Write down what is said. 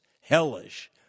hellish